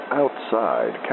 outside